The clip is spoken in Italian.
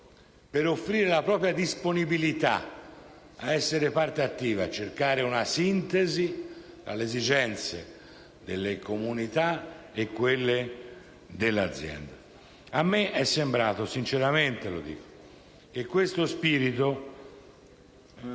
per offrire la propria disponibilità ad essere parte attiva e cercare una sintesi tra le esigenze della comunità e quelle dell'azienda. A me è sembrato, sinceramente, che questo spirito